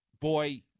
boy